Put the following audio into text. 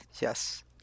yes